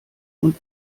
und